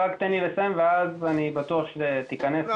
תן לי לסיים ואז אני בטוח שתיכנס --- לא.